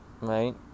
right